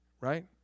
right